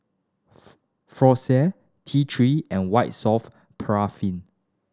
Floxia T Three and White Soft Paraffin